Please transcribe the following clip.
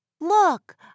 Look